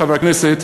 חברי הכנסת,